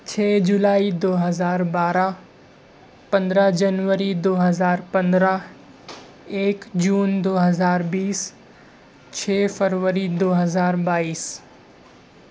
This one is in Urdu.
چھ جولائی دو ہزار بارہ پندرہ جنوری دو ہزار پندرہ ایک جون دو ہزار بیس چھ فروری دو ہزار بائیس